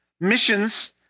Missions